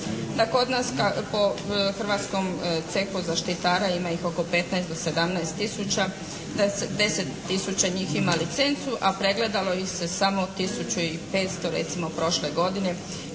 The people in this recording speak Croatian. da kod nas po Hrvatskom cehu zaštitara ima ih oko 15 do 17 tisuća, da je 10 tisuća njih ima licencu, a pregledalo ih se je samo tisuću i 500 recimo prošle godine,